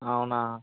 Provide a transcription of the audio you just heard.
అవునా